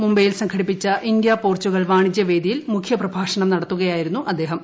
മുംബൈയിൽ സംഘടിപ്പിച്ച India Portugal വാണിജ്യ വേദിയിൽ മുഖ്യപ്രഭാഷണം നടത്തുകയായിരുന്നു അദ്ദേഹം